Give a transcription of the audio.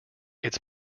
its